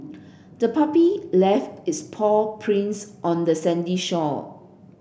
the puppy left its paw prints on the sandy shore